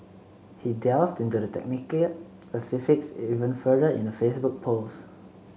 he delved into the technical specifics even further in a Facebook post